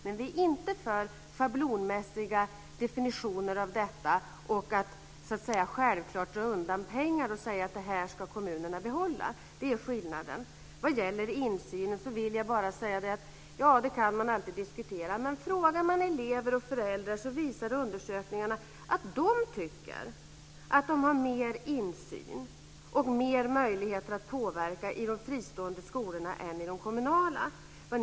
Men vi är inte för schablonmässiga definitioner och att man självklart drar undan pengar som kommunerna ska behålla. Det är skillnaden. Man kan alltid diskutera insynen. Undersökningar där man har frågat elever och föräldrar visar att de tycker att de har mer insyn och större möjligheter att påverka i de fristående skolorna än i de kommunala.